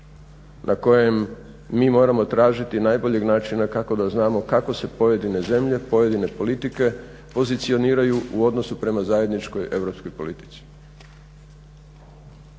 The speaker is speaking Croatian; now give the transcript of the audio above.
na kojem mi moramo tražiti najboljeg načina kako da znamo kako se pojedine zemlje, pojedine politike pozicioniraju u odnosu prema zajedničkoj europskoj politici.